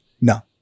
No